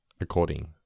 according